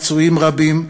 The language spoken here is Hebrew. פצועים רבים.